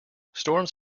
storms